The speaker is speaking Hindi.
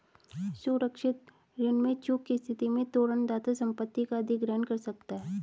सुरक्षित ऋण में चूक की स्थिति में तोरण दाता संपत्ति का अधिग्रहण कर सकता है